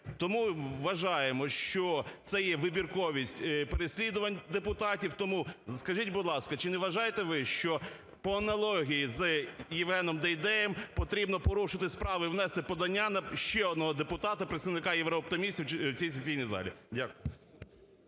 Тому вважаємо, що це є вибірковість переслідувань депутатів. Тому скажіть, будь ласка, чи не вважаєте ви, що по аналогії з Євгеном Дейдеєм потрібно порушити справи і внести подання на ще одного депутата, представника єврооптимістів в цій сесійній залі. Дякую.